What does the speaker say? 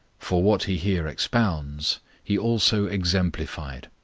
for what he here expounds he also exemplified.